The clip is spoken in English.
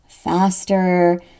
faster